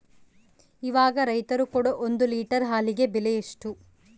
ಇವಾಗ ರೈತರು ಕೊಡೊ ಒಂದು ಲೇಟರ್ ಹಾಲಿಗೆ ಬೆಲೆ ಎಷ್ಟು?